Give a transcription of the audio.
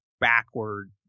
backward